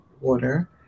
water